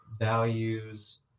values